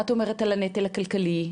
מה את אומרת על הנטל הכלכלי,